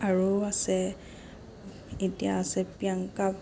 আৰু আছে এতিয়া আছে প্ৰিয়াংকা